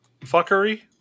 fuckery